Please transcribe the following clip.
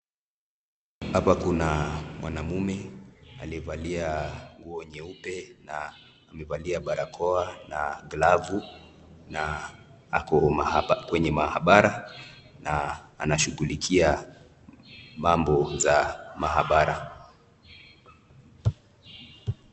Hapa kuna mwanamume aliyevalia nguo nyeupe na amevalia barakoa na glavu na ako kwenye mahabara na anashughulikia mambo za mahabara.